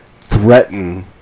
threaten